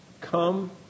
come